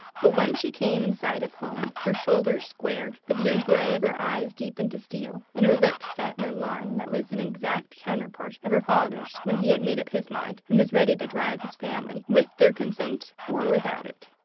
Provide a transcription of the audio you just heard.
but when she came in sight of home her shoulders squared, the blue-gray of her eyes deepened to steel, and her lips set in a line that was an exact counterpart of her father's when he had made up his mind and was ready to drive his family, with their consent or without it.